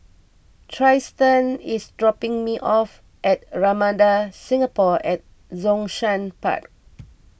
Trystan is dropping me off at Ramada Singapore at Zhongshan Park